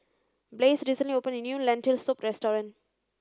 Blaise recently opened a new Lentil Soup Restaurant